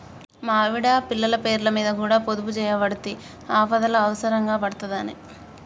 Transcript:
మా ఆవిడ, పిల్లల పేర్లమీద కూడ పొదుపుజేయవడ్తి, ఆపదల అవుసరం పడ్తదని